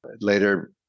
Later